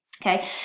Okay